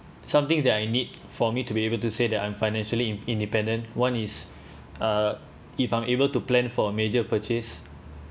something that I need for me to be able to say that I'm financially in~ independent one is uh if I'm able to plan for a major purchase